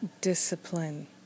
Discipline